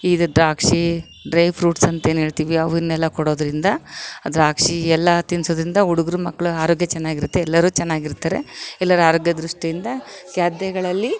ಇದು ದ್ರಾಕ್ಷಿ dry fruits ಅಂತ ಏನು ಹೇಳ್ತಿವಿ ಅವನ್ನೆಲ್ಲ ಕೊಡೋದ್ರಿಂದ ದ್ರಾಕ್ಷಿ ಎಲ್ಲ ತಿನ್ನಿಸೋದ್ರಿಂದ ಹುಡುಗ್ರು ಮಕ್ಳು ಆರೋಗ್ಯ ಚೆನ್ನಾಗಿರುತ್ತೆ ಎಲ್ಲರು ಚೆನ್ನಾಗಿರ್ತಾರೆ ಎಲ್ಲರ ಆರೋಗ್ಯ ದೃಷ್ಟಿಯಿಂದ ಖಾದ್ಯಗಳಲ್ಲಿ